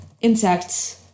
insects